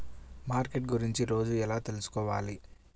Market గురించి రోజు ఎలా తెలుసుకోవాలి?